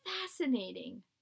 fascinating